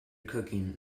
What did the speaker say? cooking